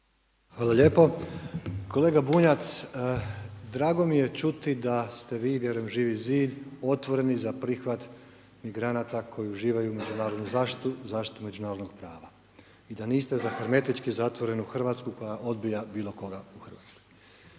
Hvala lijepo. Kolega Bunjac, drago mi je čuti da ste vi, vjerujem Živi zid, otvoreni za prihvat migranata koji uživaju međunarodnu zaštitu, zaštitu međunarodnog prava, i da niste za hermetički zatvorenu Hrvatsku koja odbija bilo koga u Hrvatskoj.